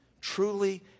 truly